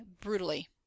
brutally